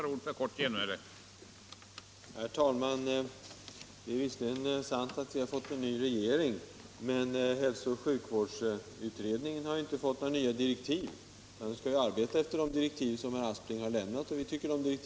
Det är alltså inte bara läkare som krävs utan också annan personal för att tillgodose vårdbehovet.